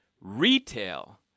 Retail